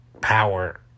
power